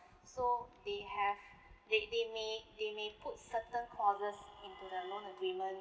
so they have they they may they may put certain clauses into the loan agreement